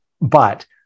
But-